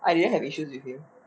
I didn't have issues with him